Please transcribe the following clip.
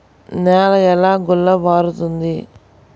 నేల ఎలా గుల్లబారుతుంది?